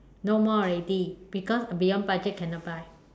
no more already because beyond budget cannot buy